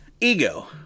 ego